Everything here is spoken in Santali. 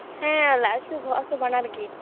ᱦᱮᱸ ᱞᱟᱡ ᱦᱟᱥᱩ ᱵᱚᱦᱚᱜ ᱦᱟᱥᱩ ᱵᱟᱱᱟᱨ ᱜᱮ